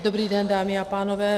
Dobrý den, dámy a pánové.